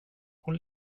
hon